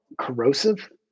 corrosive